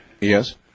Yes